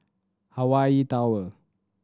Hawaii Tower